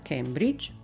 Cambridge